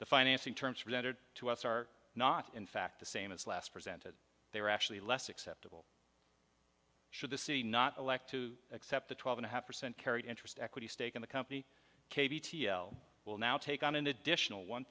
the financing terms related to us are not in fact the same as last presented they were actually less acceptable should the c not elect to accept the twelve and a half percent carried interest equity stake in the company will now take on an additional one